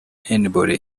anybody